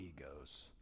egos